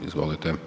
Izvolite.